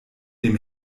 dem